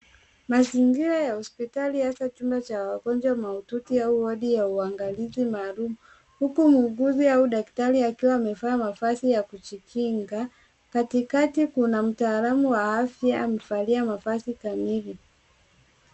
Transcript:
Mazingira ya hospitali hasa chumba cha wagonjwa mahututi au wodi ya uangalizi maalum huku muuguzi au daktari akiwa amevaa mavazi ya kujikinga. Katikati kuna mtaalamu wa afya amevalia mavazi kamili.